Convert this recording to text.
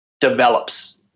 develops